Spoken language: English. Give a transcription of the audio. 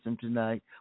tonight